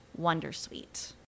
Wondersuite